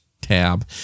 tab